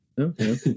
okay